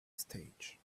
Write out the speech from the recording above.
stage